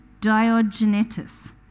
Diogenetus